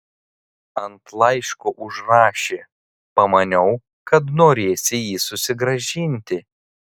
ant laiško užrašė pamaniau kad norėsi jį susigrąžinti